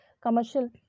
commercial